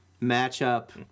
match-up